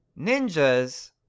Ninjas